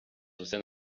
within